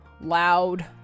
Loud